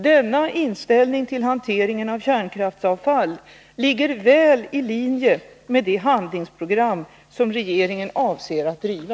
Denna inställning till hanteringen av kärnkraftsavfall ligger väl i linje med det handlingsprogram som regeringen avser att driva.